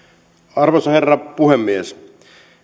arvoisa herra puhemies